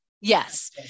Yes